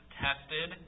tested